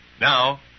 Now